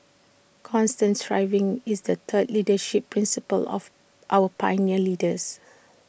constant striving is the third leadership principle of our pioneer leaders